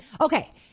Okay